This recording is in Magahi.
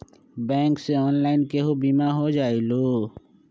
बैंक से ऑनलाइन केहु बिमा हो जाईलु?